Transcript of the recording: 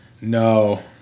No